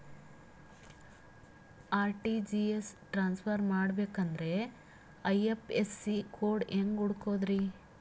RTGS transfer ಮಾಡಬೇಕೆಂದರೆ IFSC code ಹೆಂಗ್ ಹುಡುಕೋದ್ರಿ?